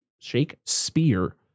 Shakespeare